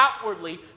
outwardly